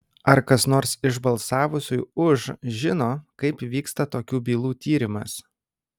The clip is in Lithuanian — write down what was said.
ar kas nors iš balsavusiųjų už žino kaip vyksta tokių bylų tyrimas